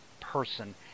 person